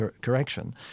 correction